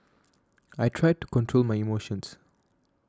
I tried to control my emotions